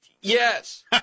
Yes